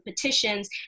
petitions